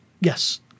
Yes